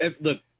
look